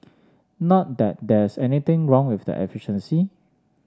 not that there's anything wrong with the efficiency